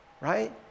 Right